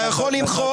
אתה יכול למלות.